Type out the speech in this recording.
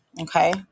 okay